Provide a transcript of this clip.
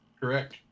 Correct